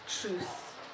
truth